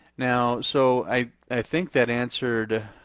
now so i think that answered